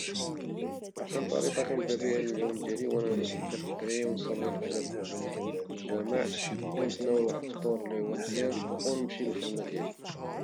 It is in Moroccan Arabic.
أحسن طريقة كنبدا بها اليوم ديالي هي أنني نفيق بكري ونصلي الفجر في الجامع ونتناول واحد الفطور لي هو مزيان ونمشي للخدمة ديالي.